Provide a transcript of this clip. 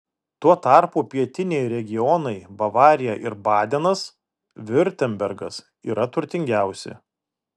tuo tarpu pietiniai regionai bavarija ir badenas viurtembergas yra turtingiausi